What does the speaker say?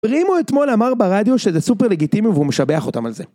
רימו אתמול אמר ברדיו שזה סופר לגיטימי והוא משבח אותם על זה.